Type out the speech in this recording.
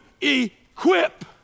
equip